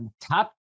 top